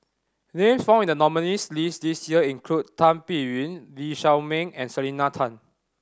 names found in the nominees' list this year include Tan Biyun Lee Shao Meng and Selena Tan